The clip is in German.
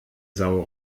sau